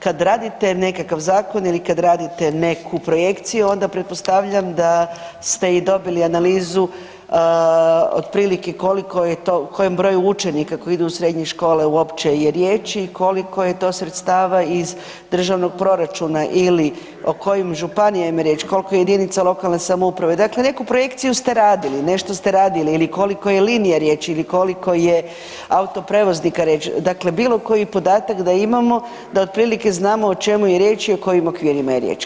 Kad radite nekakav zakon ili kad radite neku projekciju, onda pretpostavljam da ste i dobili analizu otprilike koliko je to, kojem broju učenika koji idu u srednje škole uopće je riječi i koliko je to sredstava iz državnog proračuna ili o kojim županijama je riječ, koliko jedinica lokalne samouprave, dakle neku projekciju ste radili, nešto ste radili ili koliko je linija riječ ili koliko je autoprijevoznika riječ, dakle bilo koji podatak da imamo, da otprilike znamo o čemu je riječ i o kojim okvirima je riječ.